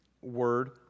word